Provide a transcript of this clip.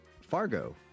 Fargo